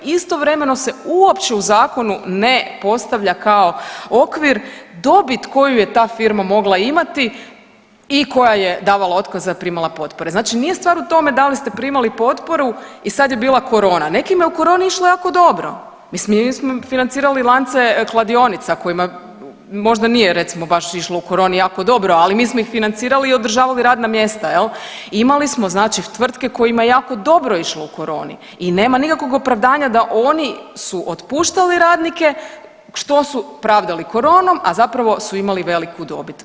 Istovremeno se uopće u zakonu ne postavlja kao okvir dobit koju je ta firma mogla imati i koja je davala otkaze, a primala potpore, znači nije stvar u tome da li ste primali potporu i sad je bila korona, nekima je u koroni išlo jako dobro, mislim i mi smo financirali lance kladionica kojima možda nije recimo baš išlo u koroni jako dobro, ali mi smo ih financirali i održavali radna mjesta jel i imali smo znači tvrtke kojima je jako dobro išlo u koroni i nema nikakvog opravdanja da oni su otpuštali radnike što su pravdali koronom, a zapravo su imali veliku dobit.